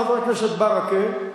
חבר הכנסת ברכה,